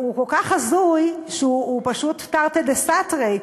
הוא כל כך הזוי שהוא פשוט תרתי דסתרי,